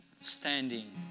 standing